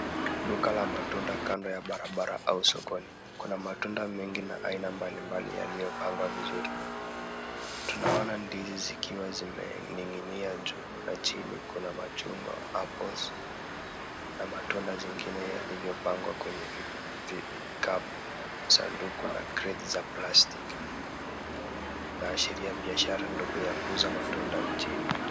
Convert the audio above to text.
Duka la matunda kando ya barabara au sokoni. Kuna matunda mengi na aina mbalimbali yaliyopangwa vizuri. Tunaona ndizi zikiwa zimening'inia juu na chini kuna machungwa, apples na matunda zingine yalivyopangwa kwenye vikapu, masanduku na kreti za plastiki. Eneo hili linaashiria biashara ndogo ya kuuza matunda nchini.